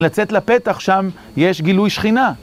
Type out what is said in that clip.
לצאת לפתח, שם יש גילוי שכינה.